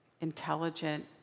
intelligent